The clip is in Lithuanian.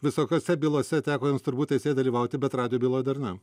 visokiose bylose teko jums turbūt teisėja dalyvauti bet radijo byloje dar ne